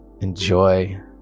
Enjoy